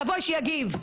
שיבוא שיגיב,